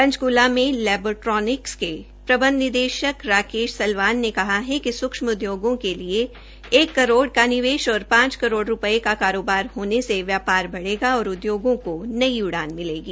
पंचक्ला मे लैबट्रोनिक्स के प्रबंध निदेशक राकेश सलवान ने कहा है कि सूक्षम उदयोग के लिए एक करोड़ का निवेश और पांच करोड़ का कारोबार होने से व्यापार बढ़ेगा और उद्योगों को नई उड़ान मिलेगी